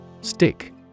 Stick